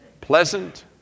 pleasant